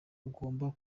ugomba